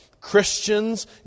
Christians